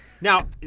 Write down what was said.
Now